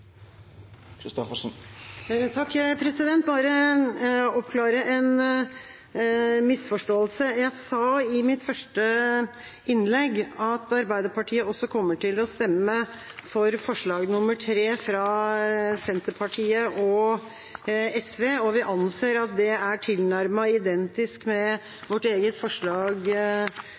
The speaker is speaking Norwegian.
bare oppklare en misforståelse. Jeg sa i mitt første innlegg at Arbeiderpartiet også kommer til å stemme for forslag nr. 3 fra Senterpartiet og SV, og at vi anser det som tilnærmet identisk med vårt eget forslag